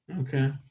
okay